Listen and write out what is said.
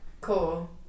cool